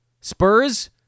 Spurs